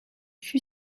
fut